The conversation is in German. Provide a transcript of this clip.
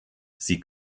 sie